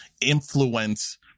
influence